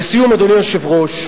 לסיום, אדוני היושב-ראש,